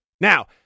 Now